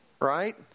Right